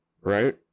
right